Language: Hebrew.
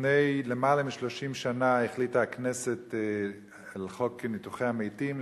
לפני למעלה מ-30 שנה החליטה הכנסת על חוק ניתוחי המתים,